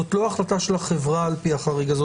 זאת לא החלטה של החברה על-פי החריג הזה,